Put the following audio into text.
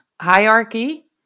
hierarchy